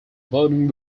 voting